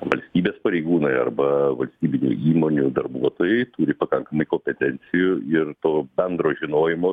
valstybės pareigūnai arba valstybinių įmonių darbuotojai turi pakankamai kompetencijų ir to bendro žinojimo